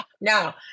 No